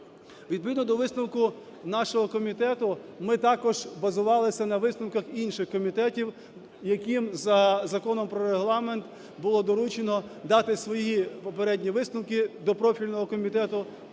Відповідного до висновку нашого комітету ми також базувались на висновках інших комітетів, яким за Законом про Регламент було доручено дати свої попередні висновки до профільного Комітету